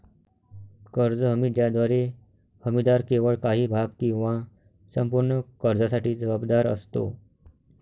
कर्ज हमी ज्याद्वारे हमीदार केवळ काही भाग किंवा संपूर्ण कर्जासाठी जबाबदार असतो